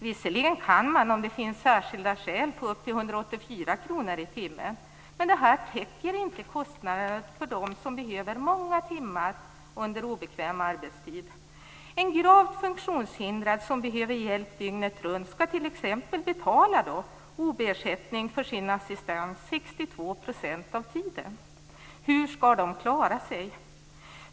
Visserligen kan man om det finns särskilda skäl få upp till 184 kr i timmen, men det täcker inte kostnaderna för dem som behöver många timmar under obekväm arbetstid. En gravt funktionshindrad som behöver hjälp dygnet runt skall t.ex. av tiden. Hur skall han eller hon klara sig?